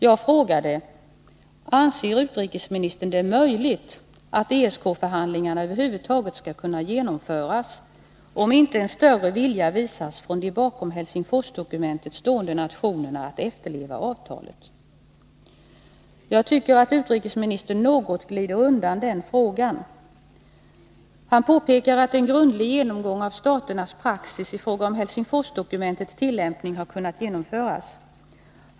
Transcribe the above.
Jag frågade i interpellationen: Anser utrikesministern det möjligt att ESK-förhandlingarna över huvud wu taget skall kunna genomföras om inte en större vilja visas från de bakom Helsingforsdokumentet stående nationerna att efterleva avtalet? Jag tycker att utrikesministern något glider undan den frågan. Han påpekar att en grundlig genomgång av staternas praxis i fråga om Helsingforsdokumentets tillämpning har kunnat genomföras.